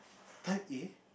type A